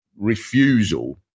refusal